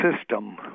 system